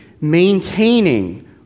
maintaining